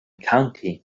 county